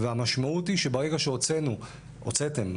והמשמעות היא שברגע שהוצאתם,